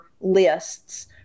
lists